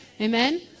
Amen